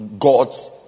God's